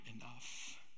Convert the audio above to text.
enough